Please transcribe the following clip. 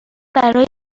برای